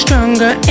Stronger